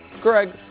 Greg